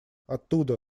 оттуда